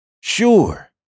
Sure